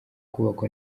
kubakwa